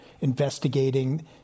investigating